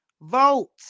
vote